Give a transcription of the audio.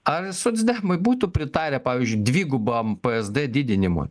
ar socdemai būtų pritarę pavyzdžiui dvigubam psd didinimui